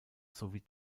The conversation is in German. sowie